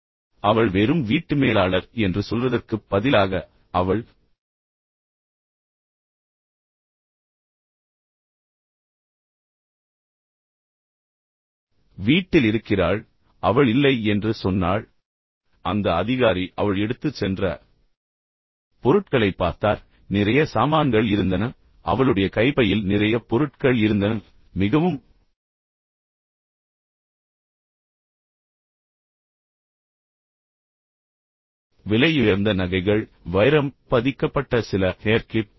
இப்போது அவள் வெறும் வீட்டு மேலாளர் என்று சொல்வதற்குப் பதிலாக அவள் வீட்டில் இருக்கிறாள் எனவே அவள் இல்லை என்று சொன்னாள் எனவே அந்த அதிகாரி அவள் எடுத்துச் சென்ற பொருட்களைப் பார்த்தார் எனவே நிறைய சாமான்கள் இருந்தன அவளுடைய கைப்பையில் நிறைய பொருட்கள் இருந்தன மிகவும் விலையுயர்ந்த நகைகள் வைரம் பதிக்கப்பட்ட சில ஹேர் கிளிப்